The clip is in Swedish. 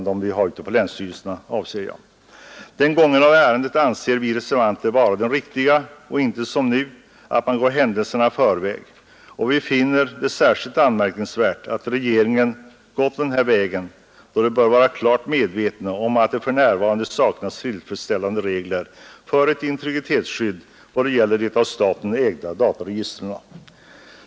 Den gången av ärendet anser vi reservanter vara den riktiga och inte som nu att man går händelserna i förväg. Vi finner det särskilt anmärkningsvärt att regeringen gått denna väg då den bör vara klart medveten om att det för närvarande saknas tillfredsställande regler för ett integritetsskydd i vad det gäller de av staten ägda dataregistren.